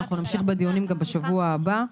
אנחנו נמשיך גם בשבוע הבא,